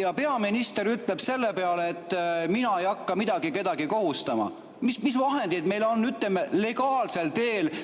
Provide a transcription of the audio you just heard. ja peaminister ütleb selle peale, et ei hakka midagi-kedagi kohustama? Mis vahendeid on meil legaalsel,